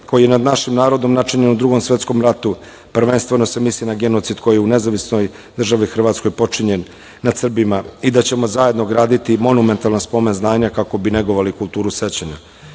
koji je nad našim narodom načinjen u Drugom svetskom ratu, prvenstveno se misli na genocid koji je u Nezavisnoj Državi Hrvatskoj počinjen nad Srbima i da ćemo zajedno graditi monumentalna spomen-zdanja kako bi negovali kulturu sećanja;-